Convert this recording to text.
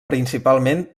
principalment